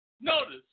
Notice